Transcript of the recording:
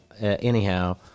Anyhow